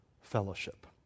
fellowship